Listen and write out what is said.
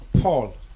Paul